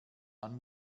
man